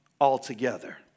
altogether